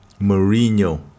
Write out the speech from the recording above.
Mourinho